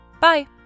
Bye